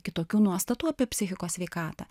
kitokių nuostatų apie psichikos sveikatą